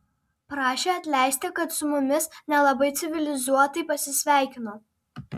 prašė atleisti kad su mumis nelabai civilizuotai pasisveikino